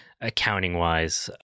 accounting-wise